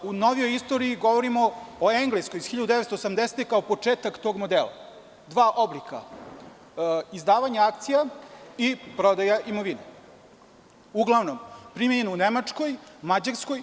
U novijoj istoriji govorimo o Engleskoj iz 1980. godine, kao početak tog modela, dva oblika – izdavanje akcija i prodaja imovine, primenjen u Nemačkoj, Mađarskoj.